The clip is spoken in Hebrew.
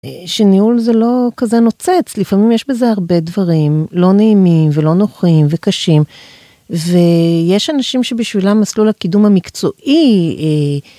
שניהול זה לא כזה נוצץ לפעמים יש בזה הרבה דברים לא נעימים ולא נוחים וקשים ויש אנשים שבשבילם מסלול הקידום המקצועי...